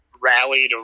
rallied